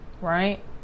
right